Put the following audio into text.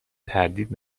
تردید